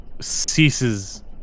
ceases